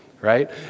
right